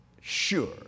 sure